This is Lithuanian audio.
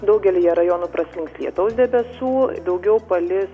daugelyje rajonų praslinks lietaus debesų daugiau palis